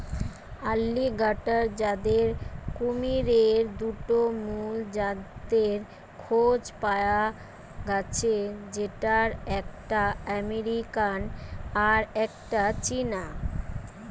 alligator জাতের কুমিরের দুটা মুল জাতের খোঁজ পায়া গ্যাছে যেটার একটা আমেরিকান আর একটা চীনা